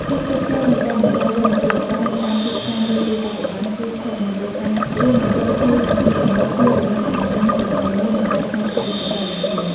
ភាពជោគជ័យនៃការបន្តវេនអាជីវកម្មនៅតាមទីផ្សារនាពេលបច្ចុប្បន្ន គឺស្ថិតនៅលើការរួមបញ្ចូលគ្នាយ៉ាងចុះសម្រុងគ្នារវាងចំណេះដឹងប្រពៃណី និងការច្នៃប្រឌិតបច្ចេកវិទ្យា។